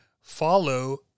follow